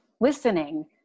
listening